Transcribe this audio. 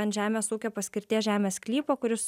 ant žemės ūkio paskirties žemės sklypo kuris